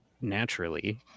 naturally